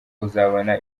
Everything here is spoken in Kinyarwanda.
uzabona